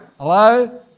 Hello